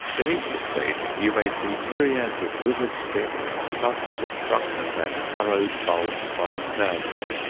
beneath the staging you may see myriads of withered sticks, clumps of shrunken and furrowed bulbs by the thousand,